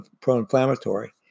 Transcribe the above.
pro-inflammatory